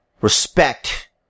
respect